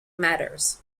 matters